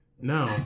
No